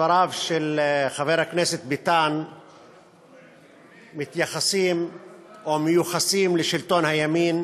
דבריו של חבר הכנסת ביטן מתייחסים או מיוחסים לשלטון הימין,